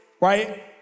right